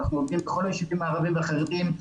אנחנו עובדים בכל הישובים הערבים והחרדים.